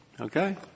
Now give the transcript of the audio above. Okay